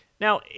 Now